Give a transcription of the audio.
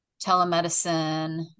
telemedicine